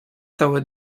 całe